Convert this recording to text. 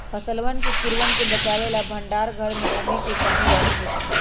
फसलवन के कीड़वन से बचावे ला भंडार घर में नमी के कमी रहे के चहि